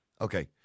Okay